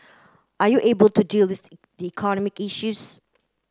are you able to deal with economic issues